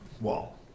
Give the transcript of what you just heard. wall